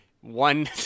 one